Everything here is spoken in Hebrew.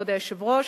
כבוד היושב-ראש,